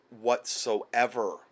whatsoever